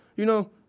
you know,